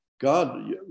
God